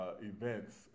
events